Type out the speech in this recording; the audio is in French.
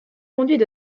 conduits